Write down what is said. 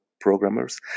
programmers